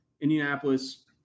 Indianapolis